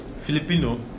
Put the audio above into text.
filipino